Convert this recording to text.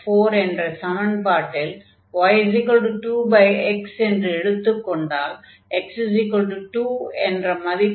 yx24 என்ற சமன்பாட்டில் y2x என்று எடுத்துக் கொண்டால் x2 என்ற மதிப்பு வரும்